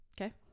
Okay